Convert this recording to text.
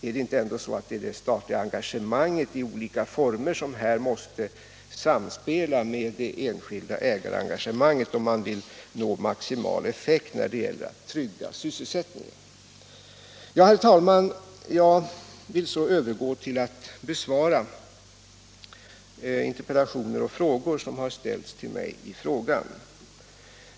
Är det ändå inte så att det statliga engagemanget i olika former måste samspela med det enskilda ägarengagemanget, om man vill nå maximal effekt när det gäller att trygga sysselsättningen? Herr talman! Jag vill så övergå till att besvara de interpellationer och den fråga som har ställts till mig i sammanhanget.